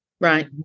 Right